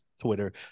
Twitter